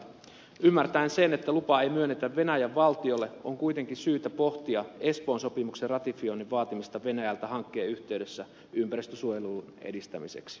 ymmärtäen sen että lupaa ei myönnetä venäjän valtiolle on kuitenkin syytä pohtia espoon sopimuksen ratifioinnin vaatimista venäjältä hankkeen yhteydessä ympäristönsuojelun edistämiseksi